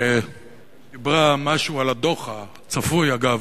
שדיברה משהו על הדוח, הצפוי אגב,